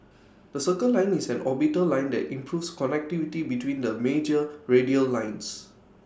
the circle line is an orbital line that improves connectivity between the major radial lines